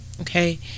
Okay